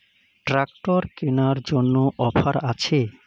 Tractor কেনার জন্য offer আছে?